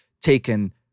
taken